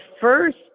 first